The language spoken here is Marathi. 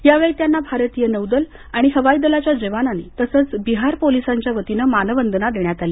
यावेळी त्यांना भारतीय नौदल आणि हवाई दलाच्या जवानांनी तसंच बिहार पोलिसांच्या वतीनं मानवंदना देण्यात आली